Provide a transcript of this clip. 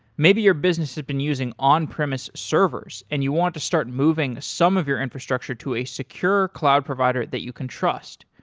maybe your business have been using on-premise servers and you want to start moving some of your infrastructure to a secure cloud provider that you can trust.